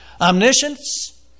Omniscience